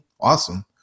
Awesome